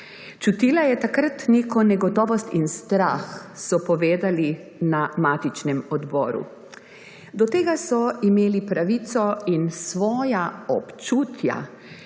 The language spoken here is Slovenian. Čutila je takrat neko negotovost in strah so povedali na matičnem odboru. Do tega so imeli pravico in svoja občutja